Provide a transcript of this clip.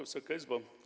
Wysoka Izbo!